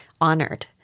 honored